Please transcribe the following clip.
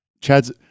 Chad's